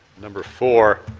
number four,